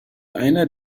einer